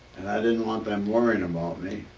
and i didn't want them worrying about me.